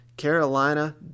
Carolina